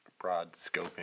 broad-scoping